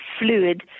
fluid